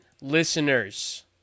listeners